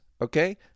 Okay